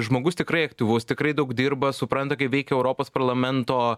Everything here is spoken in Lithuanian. žmogus tikrai aktyvus tikrai daug dirba supranta kaip veikia europos parlamento